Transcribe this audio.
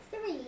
three